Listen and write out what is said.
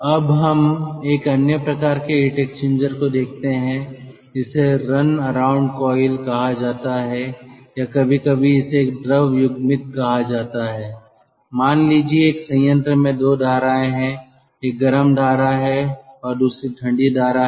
अब हम एक अन्य प्रकार के हीट एक्सचेंजर को देखते हैं जिसे रन अराउंड कॉइल कहा जाता है या कभी कभी इसे एक द्रव युग्मित कहा जाता है मान लीजिए एक संयंत्र में 2 धाराएं हैं एक गर्म धारा है और दूसरी ठंडी धारा है